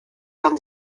from